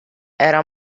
era